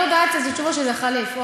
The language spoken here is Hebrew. אני יודעת אצל תשובה שזה חליף.